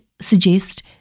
suggest